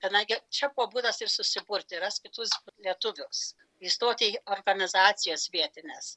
kadangi čia buvo būdas ir susikurti rast kitus lietuvius įstoti į organizacijas vietines